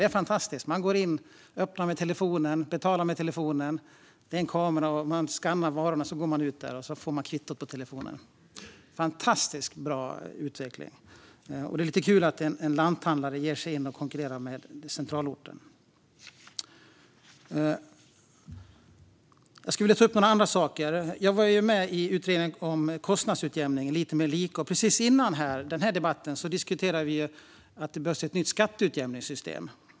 Det är fantastiskt - man går in, öppnar och betalar med telefonen, skannar varorna med en kamera och går ut, och så får man kvitto i telefonen. Fantastiskt bra utveckling! Det är lite kul att en lanthandlare ger sig in och konkurrerar med centralorten. Jag skulle vilja ta upp några andra saker. Jag var ju med i utredningen om kostnadsutjämning, Lite mer lika . Precis innan denna debatt diskuterade vi att det behövs ett nytt skatteutjämningssystem.